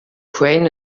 brain